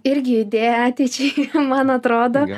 irgi idėja ateičiai man atrodo